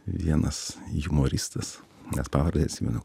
vienas jumoristas net pavarę atsimenu